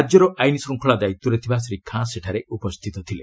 ରାଜ୍ୟର ଆଇନ ଶୃଙ୍ଖଳା ଦାୟିତ୍ୱରେ ଥିବା ଶ୍ରୀ ଖାଁ ସେଠାରେ ଉପସ୍ଥିତ ଥିଲେ